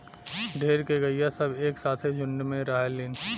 ढेर के गइया सब एक साथे झुण्ड में रहलीन